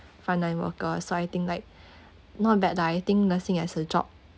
front line worker so I think like not bad lah I think nursing as a job